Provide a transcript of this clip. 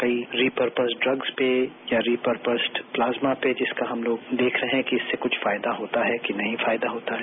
कई repurpose drums भी repurpose plasma pages का हम लोग देख रहे हैं कि इससे कुछ फायदा होता है कि नहीं फायदा होता है